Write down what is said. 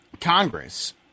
Congress